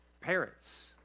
parents